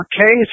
okay